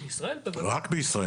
רק בישראל.